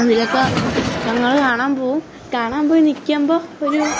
അതിനൊക്ക ഞങ്ങൾ കാണാൻ പോകും കാണാൻ പോയി നിൽക്കുമ്പോൾ ഒരു